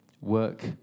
work